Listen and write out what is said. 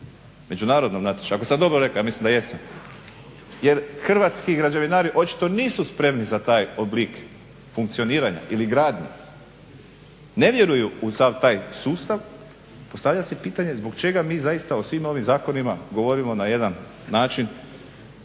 međunarodnom natječaju, ako sam dobro rekao a mislim da jesam, jer hrvatski građevinari očito nisu spremni za taj oblik funkcioniranja ili gradnje, ne vjeruju u sav taj sustav. Postavlja se pitanje zbog čega mi zaista o svim ovim zakonima govorimo na jedan način